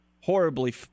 horribly